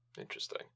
Interesting